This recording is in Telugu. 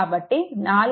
కాబట్టి 4